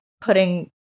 putting